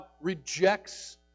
rejects